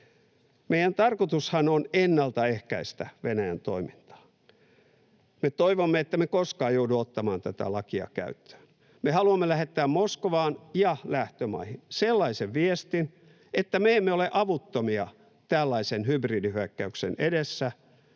Meidän tarkoitushan on ennaltaehkäistä Venäjän toimintaa. Me toivomme, ettemme koskaan joudu ottamaan tätä lakia käyttöön. Me haluamme lähettää Moskovaan ja lähtömaihin sellaisen viestin, että me emme ole avuttomia tällaisen hybridihyökkäyksen edessä,